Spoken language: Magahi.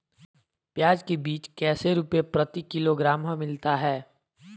प्याज के बीज कैसे रुपए प्रति किलोग्राम हमिलता हैं?